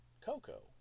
Coco